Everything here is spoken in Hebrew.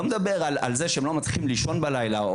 לא מדבר על זה שהם לא מצליחים לישון בלילה,